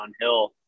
downhill